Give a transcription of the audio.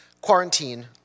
Quarantine